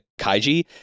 Kaiji